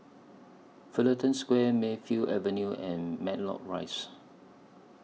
Fullerton Square Mayfield Avenue and Matlock Rise